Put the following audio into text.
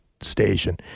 Station